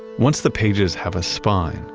once the pages have a spine,